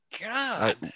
God